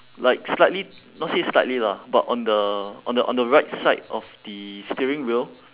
like slightly not say slightly lah but on the on the on the right side of the steering wheel